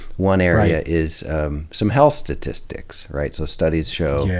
one area is some health statistics, right? so, studies show